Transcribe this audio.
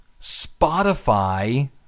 Spotify